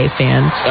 fans